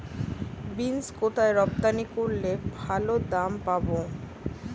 Beans কোথায় রপ্তানি করলে ভালো দাম পাব?